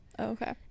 Okay